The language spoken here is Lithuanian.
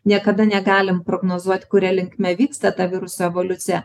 niekada negalim prognozuot kuria linkme vyksta ta viruso evoliucija